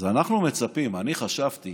אז אנחנו מצפים, אני חשבתי